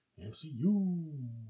MCU